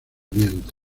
vientre